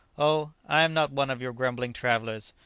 oh, i am not one of your grumbling travellers.